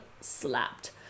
Slapped